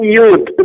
youth